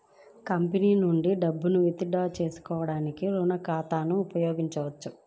company నుండి డబ్బును withdraw చేసుకోవడానికి రుణ ఖాతాను ఉపయోగించొచ్చు